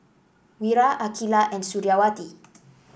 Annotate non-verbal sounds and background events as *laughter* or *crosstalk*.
Wira Aqilah and Suriawati *noise*